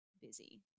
busy